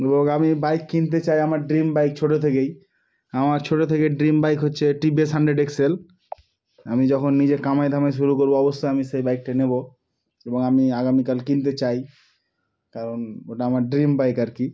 এবং আমি বাইক কিনতে চাই আমার ড্রিম বাইক ছোটো থেকেই আমার ছোটো থেকে ড্রিম বাইক হচ্ছে T V S hundred X X আমি যখন নিজে কামাই ধামাই শুরু করবো অবশ্যই আমি সেই বাইকটা নেব এবং আমি আগামীকাল কিনতে চাই কারণ ওটা আমার ড্রিম বাইক আর কি